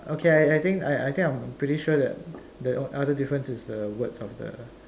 uh okay I I think I I think I'm pretty sure that the other difference is the words of the